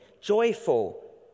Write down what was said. joyful